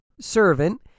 servant